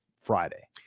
Friday